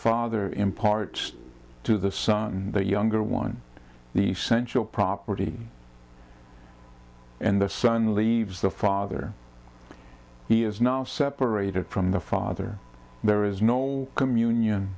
father imparts to the son the younger one the essential property and the son leaves the father he is now separated from the father there is no communion